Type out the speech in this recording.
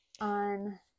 on